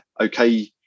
okay